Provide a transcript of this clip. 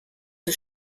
des